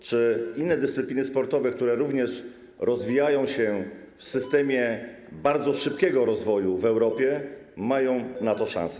Czy inne dyscypliny sportowe, które również rozwijają się, są w systemie bardzo szybkiego rozwoju w Europie, mają na to szansę?